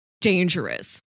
dangerous